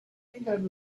had